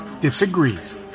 disagrees